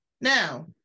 Now